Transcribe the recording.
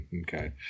Okay